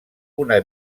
una